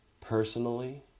personally